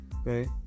okay